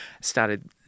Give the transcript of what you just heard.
started